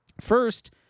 First